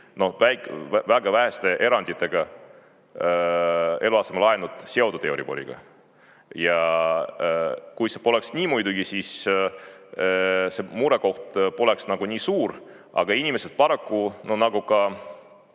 väga väheste eranditega eluasemelaenud seotud euriboriga. Ja kui see poleks nii muidugi, siis see murekoht poleks nagu nii suur, aga inimesed paraku nagu ka